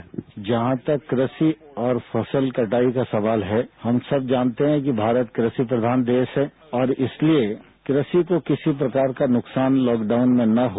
उत्तर जहां तक कृषि और फसल कटाई का सवाल है सब जानते है कि भारत कृषि प्रधान देश है और इसलिए कृषि को किसी भी प्रकार का नुकसान लॉकडाउन में न हो